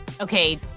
Okay